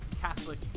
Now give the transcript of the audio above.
Catholic